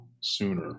sooner